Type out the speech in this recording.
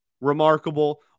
remarkable